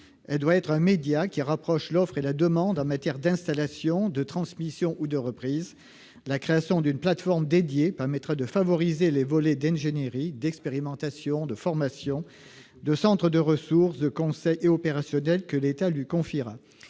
Elle doit être un média qui rapproche l'offre et la demande en matière d'installation, de transmission ou de reprise. La création d'une plateforme dédiée permettra de favoriser les volets d'ingénierie, d'expérimentation, de formation, de centre de ressources, de conseil et la dimension opérationnelle que l'État lui confiera.